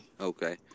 Okay